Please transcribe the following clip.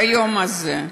ביום הזה,